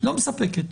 לא מספקת.